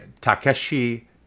Takeshi